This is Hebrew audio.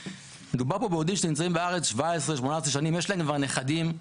מדובר כאן בעובדים שנמצאים בארץ 17 ו-18 שנים ויש להם כבר נכדים,